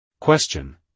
Question